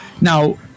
Now